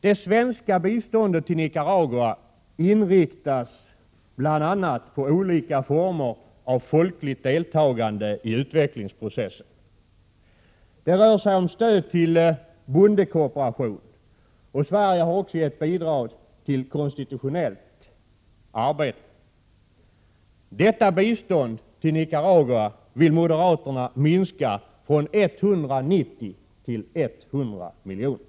Det svenska biståndet till Nicaragua inriktas bl.a. på olika former av folkligt deltagande i utvecklingsprocessen. Det rör sig om stöd till bondekooperationen. Sverige har också gett bidrag till konstitutionellt arbete. Detta bistånd till Nicaragua vill moderaterna minska från 190 till 100 miljoner.